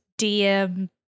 DM